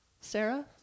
Sarah